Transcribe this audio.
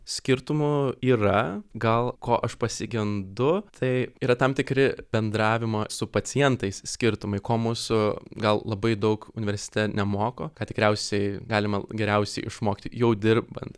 skirtumų yra gal ko aš pasigendu tai yra tam tikri bendravimo su pacientais skirtumai ko mūsų gal labai daug universite nemoko ką tikriausiai galima geriausiai išmokti jau dirbant